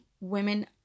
women